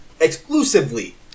exclusively